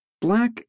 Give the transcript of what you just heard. Black